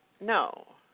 No